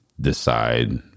decide